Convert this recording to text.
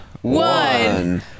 one